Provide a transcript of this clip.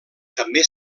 també